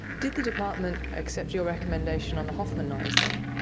did the department accept your recommendation on the hoffman knives then?